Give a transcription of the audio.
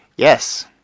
Yes